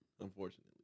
unfortunately